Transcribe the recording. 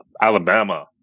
Alabama